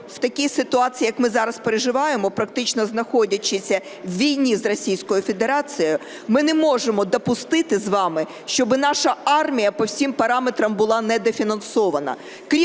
в такій ситуації, як ми зараз переживаємо, практично знаходячись в війні з Російською Федерацією, ми не можемо допустити з вами, щоби наша армія по всім параметрам була недофінансована.